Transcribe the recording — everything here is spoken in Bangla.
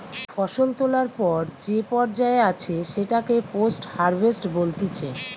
ফসল তোলার পর যে পর্যায়ে আছে সেটাকে পোস্ট হারভেস্ট বলতিছে